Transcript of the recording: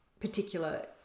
particular